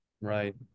Right